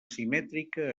simètrica